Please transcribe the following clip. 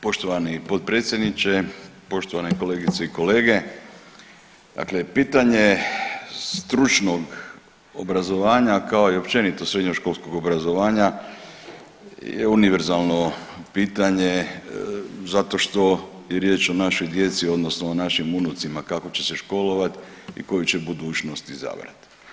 Poštovani potpredsjedniče, poštovane kolegice i kolege, dakle pitanje stručnog obrazovanja kao i općenito srednjoškolskog obrazovanja je univerzalno pitanje zato što je riječ o našoj djeci odnosno o našim unucima kako će se školovati i koju će budućnost izabrati.